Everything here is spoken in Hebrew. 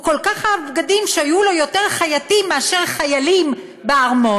הוא כל כך אהב בגדים שהיו לו יותר חייטים מאשר חיילים בארמון.